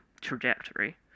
trajectory